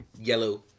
yellow